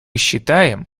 считаем